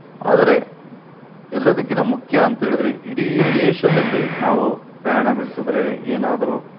ಆದರೆ ಎಲ್ಲದಕ್ಕಿನ್ನ ಮುಖ್ಯ ಅಂತ ಹೇಳದ್ರೆ ಇಡೀ ದೇಶದಲ್ಲೇ ನಾವು ಪ್ರಯಾಣ ಬೆಳ್ಸಿದ್ರೆ ಏನಾದ್ರೂ